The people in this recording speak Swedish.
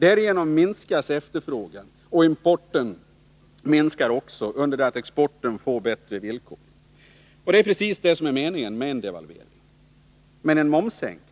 Därigenom minskas efterfrågan, och importen minskar också, under det att exporten får bättre villkor. Det är precis det som är meningen med en devalvering. En momssänkning